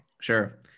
Sure